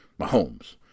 Mahomes